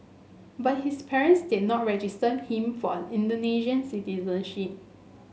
but his parents did not register him for Indonesian citizenship